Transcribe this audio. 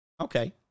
Okay